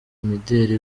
imideli